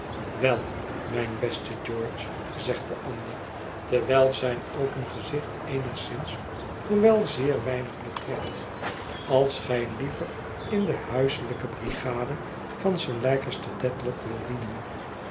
wel mijn beste george zegt de ander terwijl zijn open gezicht eenigszins hoewel zeer weinig betrekt als gij liever in de huiselijke brigade van sir leicester dedlock wilt dienen